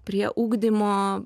prie ugdymo